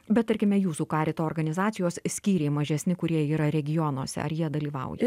bet tarkime jūsų karito organizacijos skyriai mažesni kurie yra regionuose ar jie dalyvauja